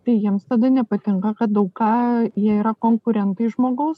tai jiems tada nepatinka kad daug ką jie yra konkurentai žmogaus